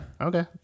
Okay